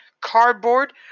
cardboard